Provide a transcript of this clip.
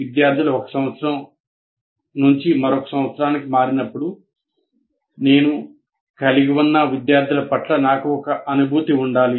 విద్యార్థులు ఒక సంవత్సరం నుండి మరొక సంవత్సరానికి మారినప్పుడు నేను కలిగి ఉన్న విద్యార్థుల పట్ల నాకు ఒక అనుభూతి ఉండాలి